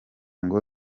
ngo